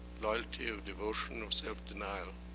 loyalty of devotion of self-denial,